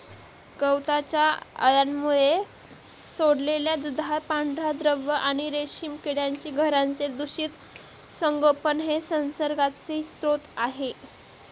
गवताच्या अळ्यांमुळे सोडलेला दुधाळ पांढरा द्रव आणि रेशीम किड्यांची घरांचे दूषित संगोपन हे संसर्गाचे स्रोत आहे